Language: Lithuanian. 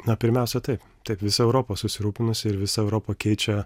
na pirmiausia taip taip visa europa susirūpinusi ir visa europa keičia